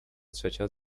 trzecia